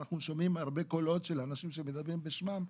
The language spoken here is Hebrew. אנחנו שומעים הרבה קולות של אנשים שמדברים בשמם,